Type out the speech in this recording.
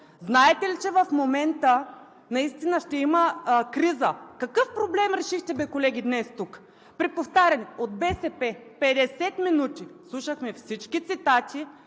Знаете ли, че в момента наистина ще има криза? Какъв проблем днес решихте бе, колеги? Преповтаряте от БСП и 50 минути слушахме всички